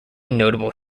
notable